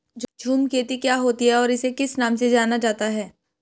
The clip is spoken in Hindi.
झूम खेती क्या होती है इसे और किस नाम से जाना जाता है?